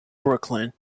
brooklyn